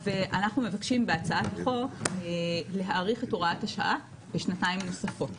אנחנו נעבור בינתיים לסעיף ג':